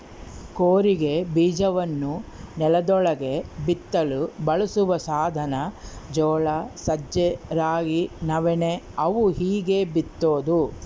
ಕೂರಿಗೆ ಬೀಜವನ್ನು ನೆಲದೊಳಗೆ ಬಿತ್ತಲು ಬಳಸುವ ಸಾಧನ ಜೋಳ ಸಜ್ಜೆ ರಾಗಿ ನವಣೆ ಅವು ಹೀಗೇ ಬಿತ್ತೋದು